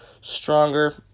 stronger